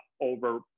over